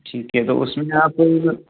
ठीक है तो उसमें आप